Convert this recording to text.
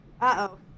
Uh-oh